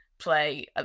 play